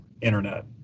internet